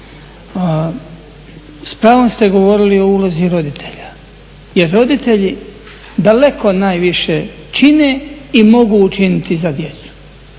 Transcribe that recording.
S pravom ste govorili o ulozi roditelja, jer roditelji daleko najviše čine i mogu učiniti na djecu,